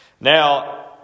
Now